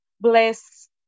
bless